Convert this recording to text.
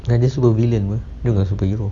ah dia super villain mah dia bukan superhero